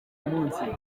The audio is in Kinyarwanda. munsi